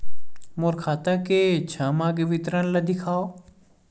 मोर खाता के छः माह के विवरण ल दिखाव?